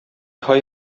һай